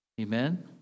Amen